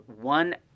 one